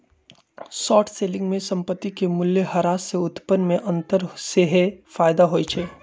short selling में संपत्ति के मूल्यह्रास से उत्पन्न में अंतर सेहेय फयदा होइ छइ